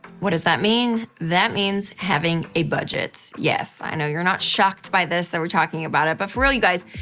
what does that mean? that means having a budget. yes, i know you're not shocked by this, that and we're talking about it. but for real, you guys.